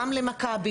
גם ל- ׳מכבי׳,